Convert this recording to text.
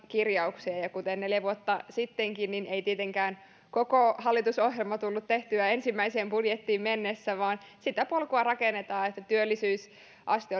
kirjauksia ja ja kuten neljä vuotta sittenkin niin ei tietenkään koko hallitusohjelma tullut tehtyä ensimmäiseen budjettiin mennessä vaan sitä polkua rakennetaan että työllisyysaste